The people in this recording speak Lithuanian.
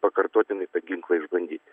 pakartotinai tą ginklą išbandyti